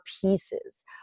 pieces